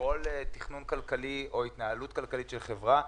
מכל תכנון כלכלי או התנהלות כלכלית של חברה,